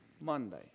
Monday